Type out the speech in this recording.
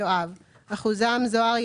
הגדרנו אותם כדי שהם יהיו זכאים לאדום,